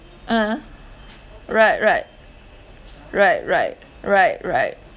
ah right right right right right right